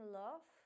love